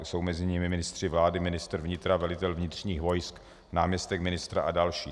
Jsou mezi nimi ministři vlády, ministr vnitra, velitel vnitřních vojsk, náměstek ministra a další.